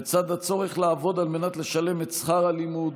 בצד הצורך לעבוד על מנת לשלם את שכר הלימוד,